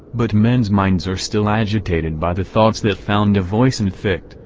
but men's minds are still agitated by the thoughts that found a voice in fichte,